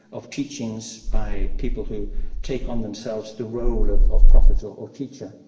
of teachings by people who take on themselves the role of of prophet or teacher,